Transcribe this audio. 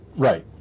Right